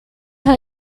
her